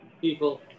people